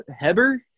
Heber